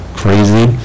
crazy